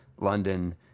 London